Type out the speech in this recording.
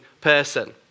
person